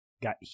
got